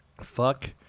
Fuck